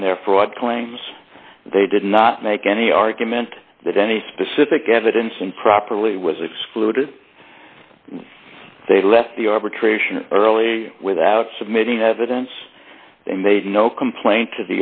on their fraud claims they did not make any argument that any specific evidence and properly was excluded they left the arbitration early without submitting evidence they made no complaint